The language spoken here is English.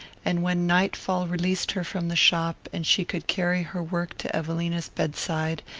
and when night-fall released her from the shop, and she could carry her work to evelina's bedside,